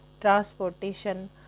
transportation